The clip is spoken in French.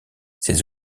ces